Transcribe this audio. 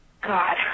God